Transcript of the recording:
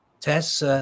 Tess